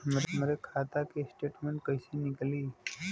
हमरे खाता के स्टेटमेंट कइसे निकली?